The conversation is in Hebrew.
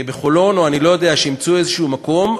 בחולון, או אני לא יודע, שימצאו איזשהו מקום.